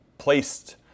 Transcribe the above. placed